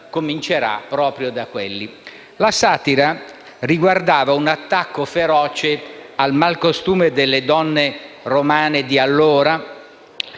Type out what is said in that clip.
La satira riguardava un attacco feroce al malcostume delle donne romane di allora,